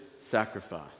sacrifice